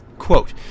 Quote